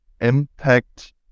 impact